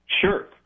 Sure